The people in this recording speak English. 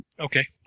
Okay